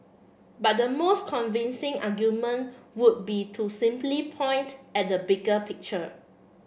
but the most convincing argument would be to simply point at the bigger picture